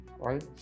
Right